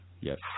yes